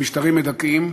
ממשטרים מדכאים,